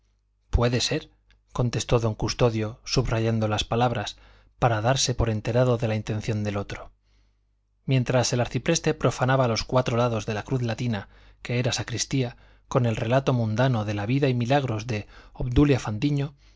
labios puede ser contestó don custodio subrayando las palabras para darse por enterado de la intención del otro mientras el arcipreste profanaba los cuatro lados de la cruz latina que era sacristía con el relato mundano de la vida y milagros de obdulia fandiño